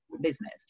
business